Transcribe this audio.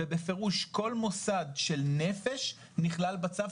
ובפירוש כל מוסד של נפש נכלל בצו,